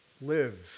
live